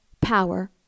power